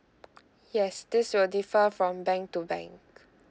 yes this will differ from bank to bank